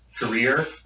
career